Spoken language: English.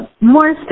more